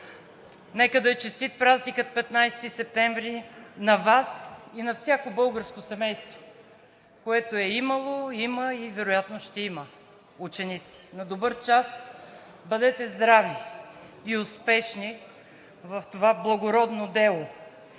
Нека да е честит празникът 15 септември на Вас и на всяко българско семейство, което е имало, има и вероятно ще има ученици! На добър час! Бъдете здрави и успешни в това благородно дело,